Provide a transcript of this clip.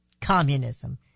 communism